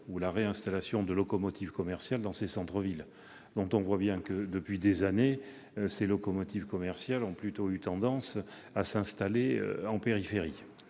ou la réinstallation de locomotives commerciales dans les centres-villes. Depuis des années, ces locomotives ont plutôt eu tendance à s'installer en périphérie.